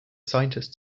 scientist